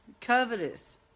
covetous